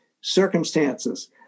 circumstances